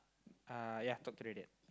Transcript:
uh yeah talk to the dad